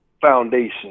Foundation